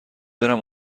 برم